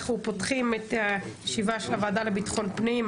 אנחנו פותחים את ישיבת הוועדה לביטחון פנים.